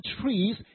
trees